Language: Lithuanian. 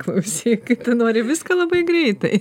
klausyk tu nori visko labai greitai